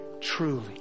truly